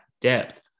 depth